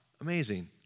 Amazing